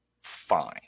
Fine